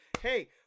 Hey